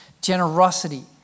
generosity